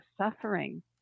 suffering